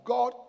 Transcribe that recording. God